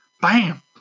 Bam